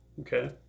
Okay